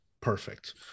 perfect